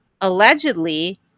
allegedly